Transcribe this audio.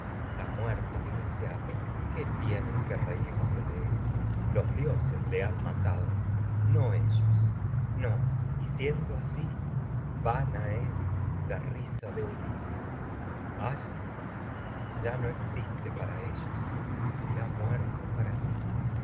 que muerte deseaba qué tienen han reírse de esto los dioses matado no ellos ya no y siendo asi vana es la risa de ulises áyax no existe para ellos y ha muerto para mí